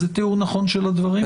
זה תיאור נכון של הדברים?